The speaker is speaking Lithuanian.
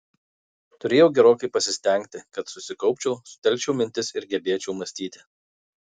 turėjau gerokai pasistengti kad susikaupčiau sutelkčiau mintis ir gebėčiau mąstyti